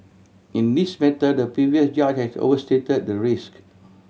in this matter the previous judge has overstated the risk